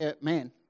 man